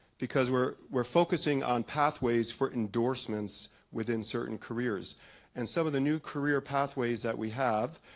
because we're we're focusing on pathways for endorsements within certain careers and some of the new career pathways that we have.